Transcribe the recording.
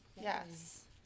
yes